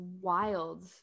wild